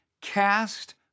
Cast